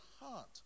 heart